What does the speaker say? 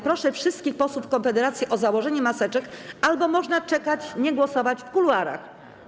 Proszę wszystkich posłów Konfederacji o założenie maseczek albo proszę czekać, nie głosować, w kuluarach.